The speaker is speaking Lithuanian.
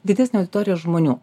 didesnė auditorija žmonių